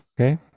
Okay